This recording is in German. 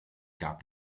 gab